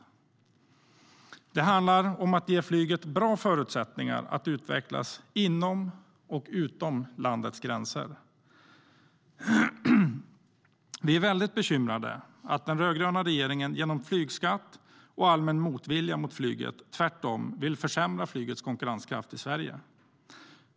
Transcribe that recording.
Det handlar om att ge flyget bra förutsättningar att utvecklas inom och utom landets gränser. Vi är väldigt bekymrade över att den rödgröna regeringen genom flygskatt och allmän motvilja mot flyget tvärtom vill försämra flygets konkurrenskraft i Sverige.